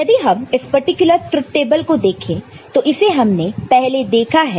यदि हम इस पर्टिकुलर ट्रुथ टेबल को देखें तो इसे हमने पहले देखा है